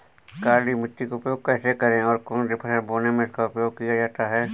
काली मिट्टी का उपयोग कैसे करें और कौन सी फसल बोने में इसका उपयोग किया जाता है?